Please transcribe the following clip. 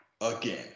Again